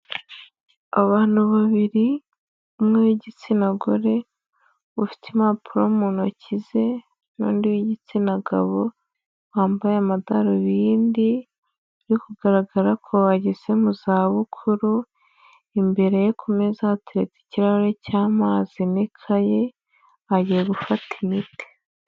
Abantu babiri umwe w'igitsina gore ufite impapuro mu ntoki ze n'undi w'igitsina gabo wambaye amadarubindi yo kugaragara ko ageze mu za bukuru, imbere ye kumeza hateretse ikirahure cy'amazi n'ikaye agiye gufata imiti.